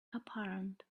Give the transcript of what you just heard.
apparent